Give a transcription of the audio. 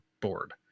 board